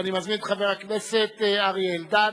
ואני מזמין את חבר הכנסת אריה אלדד.